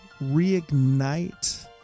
reignite